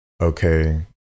Okay